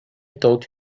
thought